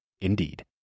Indeed